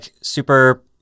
super